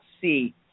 see